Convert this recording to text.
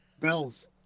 Bells